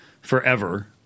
forever